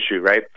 right